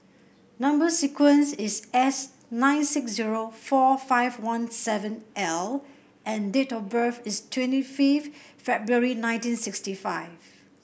number sequence is S nine six zero four five one seven L and date of birth is twenty fifth February nineteen sixty five